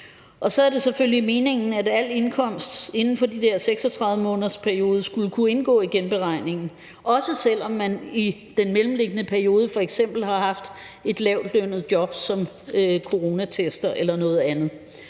Så er det selvfølgelig meningen, at al indkomst inden for den her 36-månedersperiode skulle kunne indgå i genberegningen, også selv om man i den mellemliggende periode f.eks. har haft et lavtlønnet job som coronatester eller noget andet.